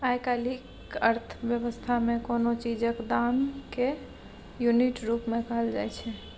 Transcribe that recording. आइ काल्हिक अर्थ बेबस्था मे कोनो चीजक दाम केँ युनिट रुप मे कहल जाइ छै